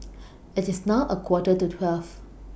IT IS now A Quarter to twelve